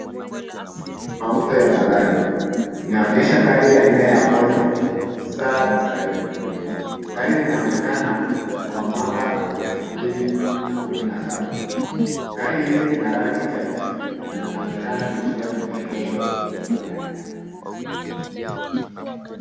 Hili ni mauzo ya magari. Inaonyesha gari aina ya volvo safi zaidi. Gari linaonekana wa mwaka elfu mbili na kumi na saba. Gari hili lina rangi cha jivu na linaonekana likiwa limeegeshwa kwenye eneo la nyasi.